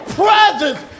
presence